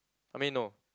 I mean no